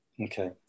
Okay